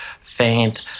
faint